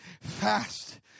fast